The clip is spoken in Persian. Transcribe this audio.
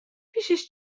پیشش